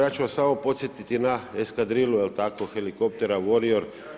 Ja ću vas samo podsjetiti na eskadrilu, jel' tako helikoptera Warrior.